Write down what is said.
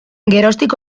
geroztik